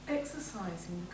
exercising